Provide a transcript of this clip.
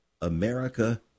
America